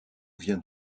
vient